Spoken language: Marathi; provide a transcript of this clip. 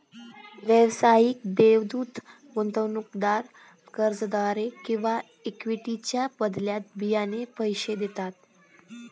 व्यावसायिक देवदूत गुंतवणूकदार कर्जाद्वारे किंवा इक्विटीच्या बदल्यात बियाणे पैसे देतात